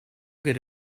get